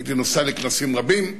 הייתי נוסע לכנסים רבים,